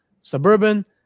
suburban